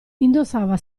indossava